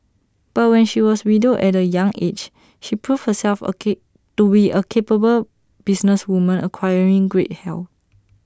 but when she was widowed at A young aged she proved herself A cake to we A capable businesswoman acquiring great health